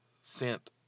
sent